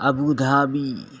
Abu Dhabi